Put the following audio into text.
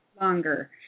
longer